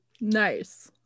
Nice